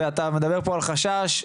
ואתה מדבר פה על חשש.